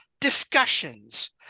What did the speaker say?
discussions